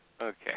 Okay